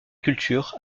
culture